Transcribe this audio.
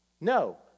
No